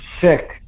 sick